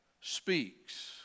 speaks